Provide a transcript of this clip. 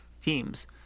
teams